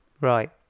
Right